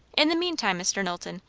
in the meantime, mr. knowlton,